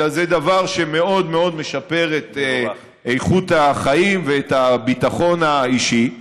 אלא שזה דבר שמאוד משפר את איכות החיים והביטחון האישי.